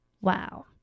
Wow